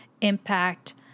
impact